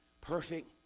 perfect